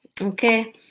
okay